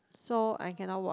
so I cannot watch